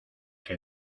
que